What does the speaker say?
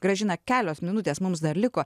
gražina kelios minutės mums dar liko